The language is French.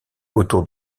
autour